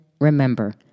Remember